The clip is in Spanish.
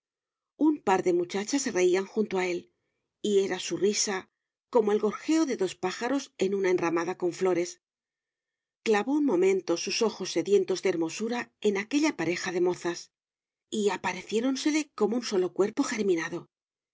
un par de muchachas reían junto a él y era su risa como el gorjeo de dos pájaros en una enramada con flores clavó un momento sus ojos sedientos de hermosura en aquella pareja de mozas y apareciéronsele como un solo cuerpo geminado